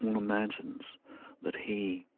and imagines that he